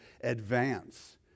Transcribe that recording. advance